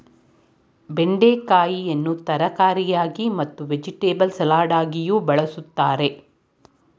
ಬೆಂಡೆಕಾಯಿಯನ್ನು ತರಕಾರಿಯಾಗಿ ಮತ್ತು ವೆಜಿಟೆಬಲ್ ಸಲಾಡಗಿಯೂ ಬಳ್ಸತ್ತರೆ